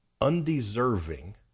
undeserving